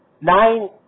nine